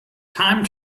time